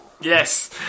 Yes